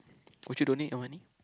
would you donate your money